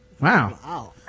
Wow